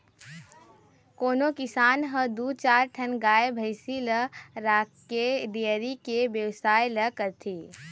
कोनो किसान ह दू चार ठन गाय भइसी ल राखके डेयरी के बेवसाय ल करथे